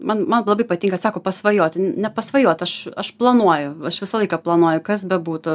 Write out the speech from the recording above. man man labai patinka sako pasvajoti nepasvajot aš aš planuoju aš visą laiką planuoju kas bebūtų